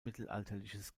mittelalterliches